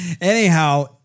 Anyhow